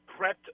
prepped